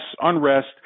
unrest